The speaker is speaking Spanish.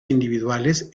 individuales